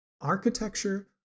architecture